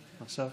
עכשיו.